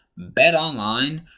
BetOnline